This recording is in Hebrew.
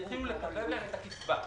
יתחילו --- להם את הקצבה.